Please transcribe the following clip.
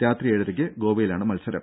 രാത്രി ഏഴരയ്ക്ക് ഗോവയിലാണ് മത്സരം